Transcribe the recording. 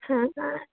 हां का